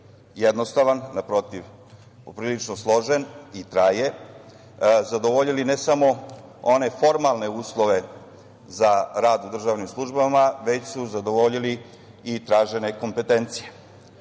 jednostavan, naprotiv, poprilično složen i traje, zadovoljili ne samo one formalne uslove za rad u državnim službama, već su zadovoljili i tražene kompetencije.